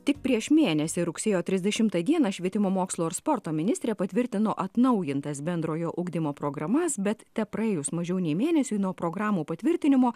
tik prieš mėnesį rugsėjo trisdešimtą dieną švietimo mokslo ir sporto ministrė patvirtino atnaujintas bendrojo ugdymo programas bet tepraėjus mažiau nei mėnesiui nuo programų patvirtinimo